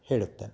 ಹೇಳುತ್ತೇನೆ